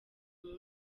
umwe